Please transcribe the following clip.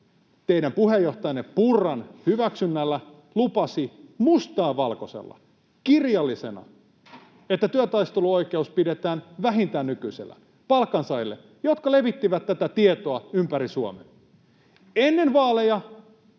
teidän puheenjohtajanne Purran hyväksynnällä lupasi mustaa valkoisella, kirjallisena, että työtaisteluoikeus pidetään vähintään nykyisenä palkansaajille, jotka levittivät tätä tietoa ympäri Suomea. Ennen vaaleja